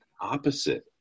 opposite